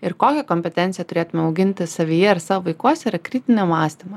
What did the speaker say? ir kokią kompetenciją turėtume auginti savyje ir savo vaikuose yra kritinio mąstymo